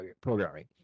programming